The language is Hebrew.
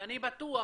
ואני בטוח